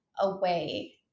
away